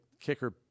kicker